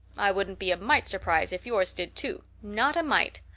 i wouldn't be a mite surprised if yours did, too not a mite.